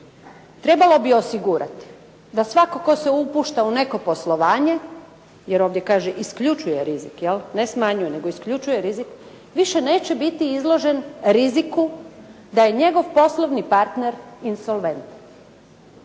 trebalo bi osigurati da svako tko se upušta u neko poslovanje, jer ovdje kaže isključuje rizik, jel' ne smanjuje, nego isključuje rizik, više neće biti izložen riziku da je njegov poslovni partner insolventan.